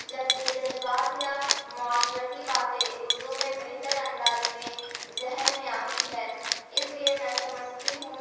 جبکہ جذبات یا معاشرتی باتیں اردو میں بہتر انداز میں ذہن میں آتی ہے اس لیے میں سمجھتی ہوں